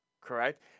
correct